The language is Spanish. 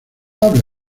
habla